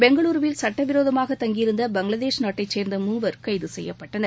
பெங்களுருவில் சட்டவிரோதமாக தங்கியிருந்த பங்களாதேஷ் நாட்டைச் சேர்ந்த மூவர் கைது செய்யப்பட்டனர்